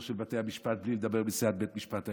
של בתי המשפט בלי לדבר עם נשיאת בית המשפט העליון.